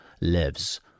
lives